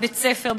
בבית-ספר,